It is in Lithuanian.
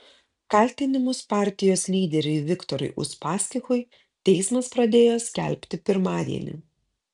kaltinimus partijos lyderiui viktorui uspaskichui teismas pradėjo skelbti pirmadienį